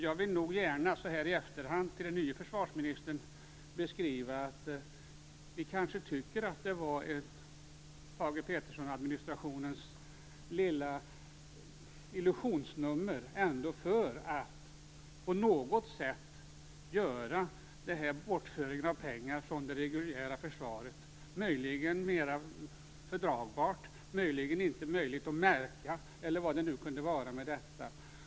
Jag vill nog gärna, så här i efterhand, till den nye försvarsministern säga att vi kanske ser det här som Thage G Peterson-administrationens lilla illusionsnummer för att på något sätt göra bortföringen av pengar från det reguljära försvaret möjligen mer fördragbar, inte möjlig att märka eller vad det nu kunde vara.